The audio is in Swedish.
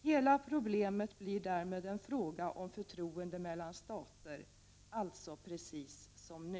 Hela problemet blir därmed en fråga om förtroende mellan stater, alltså precis som nu.